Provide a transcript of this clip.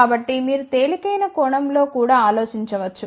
కాబట్టి మీరు తేలికైన కోణం లో కూడా ఆలోచించవచ్చు